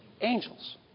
Angels